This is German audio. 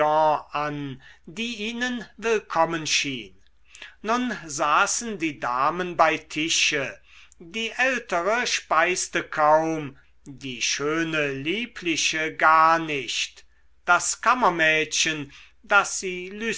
an die ihnen willkommen schien nun saßen die damen bei tische die ältere speiste kaum die schöne liebliche gar nicht das kammermädchen das sie